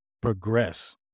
progress